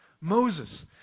Moses